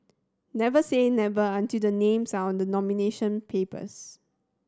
never say never until the names are on the nomination papers